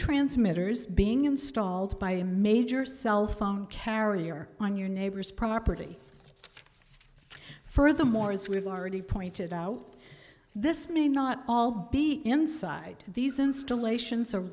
transmitters being installed by a major cell phone carrier on your neighbor's property furthermore as we've already pointed out this may not all be inside these installations are